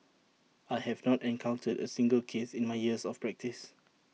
I have not encountered A single case in my years of practice